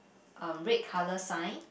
a red colour sign